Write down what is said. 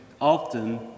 often